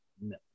No